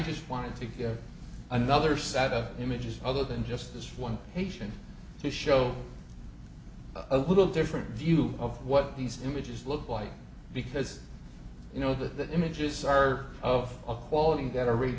just wanted to get another set of images other than just this one patient to show a little different view of what these images look like because you know the images are of a quality that